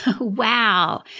Wow